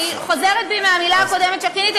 אני חוזרת בי מהמילה הקודמת שכיניתי,